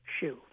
shoe